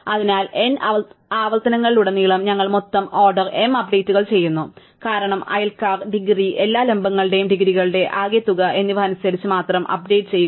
അതിനാൽ n ആവർത്തനങ്ങളിലുടനീളം ഞങ്ങൾ മൊത്തം ഓർഡർ m അപ്ഡേറ്റുകൾ ചെയ്യുന്നു കാരണം അയൽക്കാർ ഡിഗ്രി എല്ലാ ലംബങ്ങളുടെയും ഡിഗ്രികളുടെ ആകെത്തുക എന്നിവ അനുസരിച്ച് മാത്രം അപ്ഡേറ്റ് ചെയ്യുക